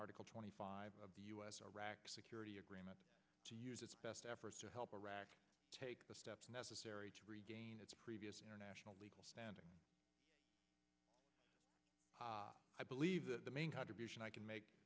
article twenty five of the u s security agreement to use its best efforts to help iraq take the steps necessary to its previous international legal standing i believe that the main contribution i can make